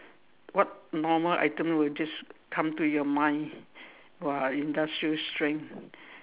what normal item would just come to your mind !wah! industrial strength